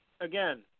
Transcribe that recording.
again